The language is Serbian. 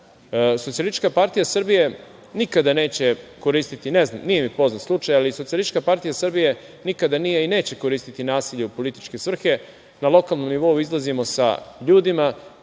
Socijalistička partija Srbije nikada nije i neće koristiti nasilje u političke svrhe. Na lokalnom nivou izlazimo sa ljudima,